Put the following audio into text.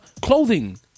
clothing